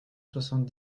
soixante